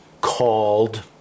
called